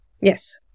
Yes